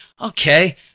Okay